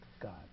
God